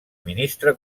ministre